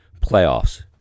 playoffs